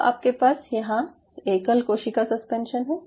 अब आपके पास यहाँ एकल कोशिका सस्पेंशन है